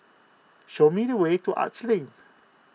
show me the way to Arts Link